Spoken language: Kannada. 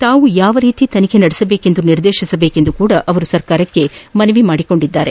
ತಾವು ಯಾವ ರೀತಿ ತನಿಖೆ ನಡೆಸಬೇಕೆಂದು ನಿರ್ದೇತಿಸುವಂತೆಯೂ ಅವರು ಸರ್ಕಾರಕ್ಷಿ ಮನವಿ ಮಾಡಿದ್ದಾರೆ